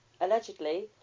allegedly